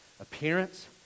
appearance